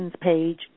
page